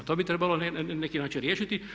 To bi trebalo na neki način riješiti.